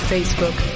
Facebook